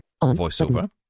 VoiceOver